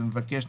במבקש,